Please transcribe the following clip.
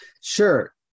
Sure